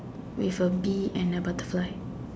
with a bee and a butterfly